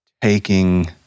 taking